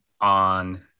on